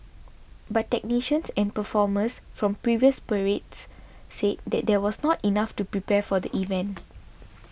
but technicians and performers from previous parades said that was not enough to prepare for the event